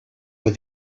but